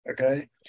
okay